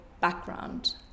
background